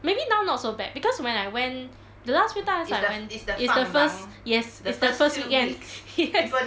maybe now not so bad because when I went the last few times I went it's the first yes it's the first weekend yes